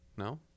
No